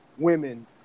Women